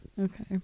okay